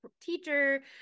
teacher